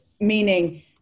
meaning